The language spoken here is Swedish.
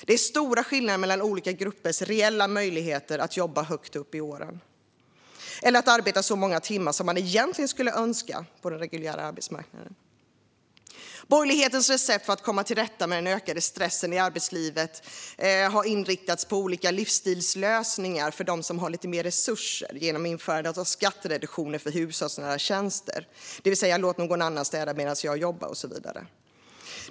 Det är stora skillnader mellan olika gruppers reella möjligheter att jobba högt upp i åren eller att arbeta så många timmar som man egentligen skulle önska på den reguljära arbetsmarknaden. Borgerlighetens recept för att komma till rätta med den ökade stressen i arbetslivet har inriktats på olika livsstilslösningar för dem som har lite mer resurser genom införande av skattereduktioner för hushållsnära tjänster, det vill säga att jag låter någon annan städa medan jag jobbar och så vidare.